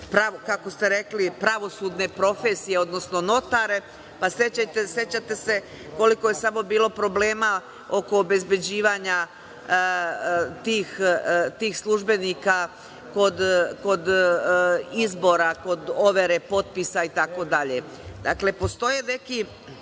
kako ste rekli, pravosudne profesije, odnosno notare. Sećate se koliko je samo bilo problema oko obezbeđivanja tih službenika kod izbora, kod overe potpisa, itd. Dakle, postoje neki